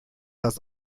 das